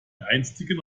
einstigen